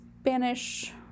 Spanish